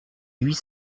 huit